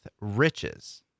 riches